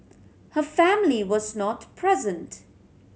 her family was not present